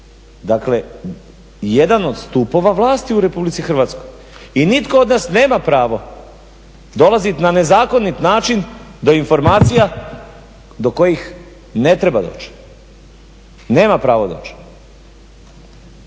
dakle jedan od stupova vlasti u Republici Hrvatskoj, i nitko od nas nema pravo dolaziti na nezakonit način do informacija do kojih ne treba doći, nema pravo doći,